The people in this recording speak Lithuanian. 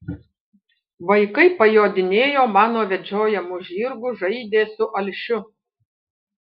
vaikai pajodinėjo mano vedžiojamu žirgu žaidė su alšiu